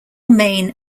main